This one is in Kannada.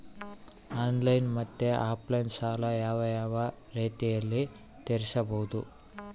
ಆನ್ಲೈನ್ ಮತ್ತೆ ಆಫ್ಲೈನ್ ಸಾಲ ಯಾವ ಯಾವ ರೇತಿನಲ್ಲಿ ತೇರಿಸಬಹುದು?